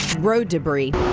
road debris.